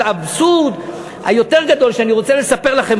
אבל האבסורד היותר גדול שאני רוצה לספר לכם,